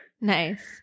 Nice